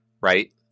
right